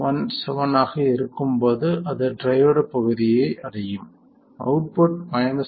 17 ஆக இருக்கும்போது அது ட்ரையோட் பகுதியை அடையும் அவுட்புட் 0